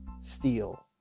Steel